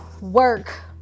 work